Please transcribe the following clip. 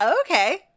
Okay